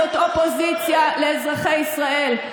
זאת אופוזיציה לאזרחי ישראל.